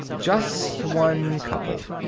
just one couple.